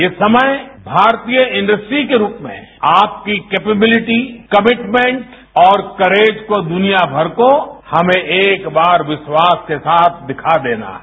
ये समय भारतीय इंडस्ट्री के रूप में आपकी कैपेबिलिटी कमिटमेंट और करेज को दुनिया भर को हमे एक बार विश्वास के साथ दिखा देना है